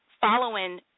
following